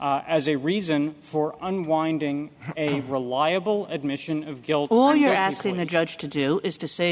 as a reason for unwinding a reliable admission of guilt on your asking the judge to do is to say